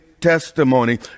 testimony